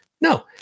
No